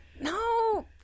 No